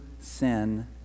sin